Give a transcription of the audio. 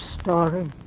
story